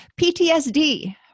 PTSD